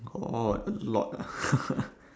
got a lot ah